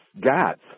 gods